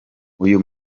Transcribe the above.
uyu